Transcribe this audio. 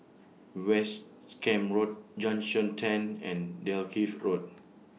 West Camp Road Junction ten and Dalkeith Road